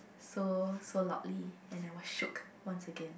so so loudly and I was shooked once again